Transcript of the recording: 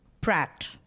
Pratt